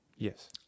Yes